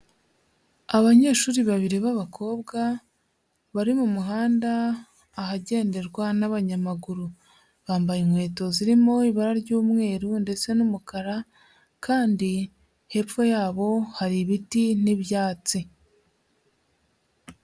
Abanyeshuri babiri b'abakobwa bari mu muhanda ahagenderwa n'abanyamaguru, bambaye inkweto zirimo ibara ry'umweru ndetse n'umukara kandi hepfo yabo hari ibiti n'ibyatsi.